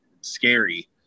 scary